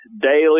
daily